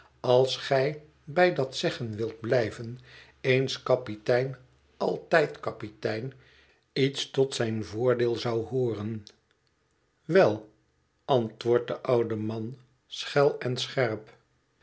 als gij bij dat zeggen wilt blijven eens kapitein altijd kapitein iets tot zijn voordeel zou hooren wel antwoordt de oude man schel en scherp